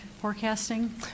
forecasting